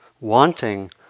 wanting